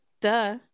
duh